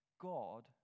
God